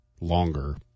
longer